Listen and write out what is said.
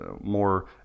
more